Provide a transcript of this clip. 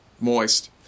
moist